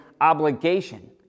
obligation